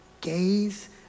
gaze